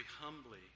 humbly